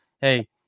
hey